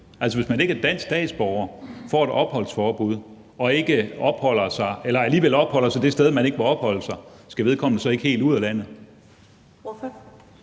hvis man ikke er dansk statsborger, får et opholdsforbud og alligevel opholder sig det sted, hvor man ikke må opholde sig, skal man så ikke helt ud af landet?